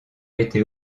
été